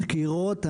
דקירות.